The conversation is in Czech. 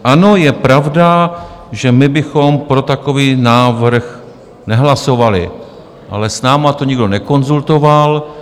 Ano, je pravda, že my bychom pro takový návrh nehlasovali, ale s námi to nikdo nekonzultoval.